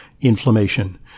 inflammation